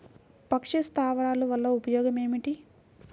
పక్షి స్థావరాలు వలన ఉపయోగం ఏమిటి?